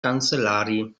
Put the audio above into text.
kancelarii